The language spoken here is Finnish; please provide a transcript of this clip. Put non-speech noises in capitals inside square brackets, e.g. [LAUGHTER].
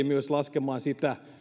[UNINTELLIGIBLE] myös laskemaan sitä